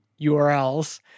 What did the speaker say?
URLs